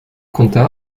conta